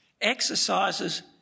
exercises